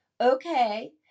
okay